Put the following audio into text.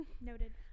noted